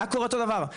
היה קורה אותו הדבר,